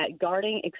guarding